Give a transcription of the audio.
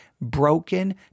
broken